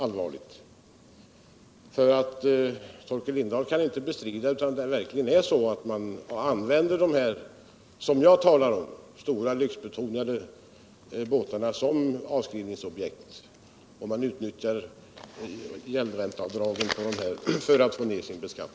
Torkel Lindahl kan inte bestrida att människor verkligen använder de stora Iyxbetonade båtarna — som jag talar om — som avskrivningsobjekt. Man utnyttjar gäldränteavdragen för att få ned sin skatt.